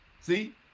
see